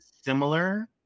similar